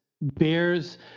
Bears